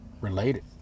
related